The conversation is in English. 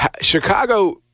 Chicago